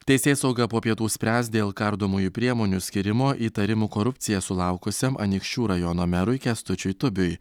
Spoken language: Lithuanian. teisėsauga po pietų spręs dėl kardomųjų priemonių skyrimo įtarimų korupcija sulaukusiam anykščių rajono merui kęstučiui tubiui